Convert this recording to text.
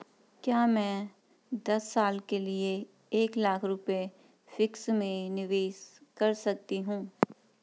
क्या मैं दस साल के लिए एक लाख रुपये फिक्स में निवेश कर सकती हूँ?